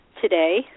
today